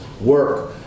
work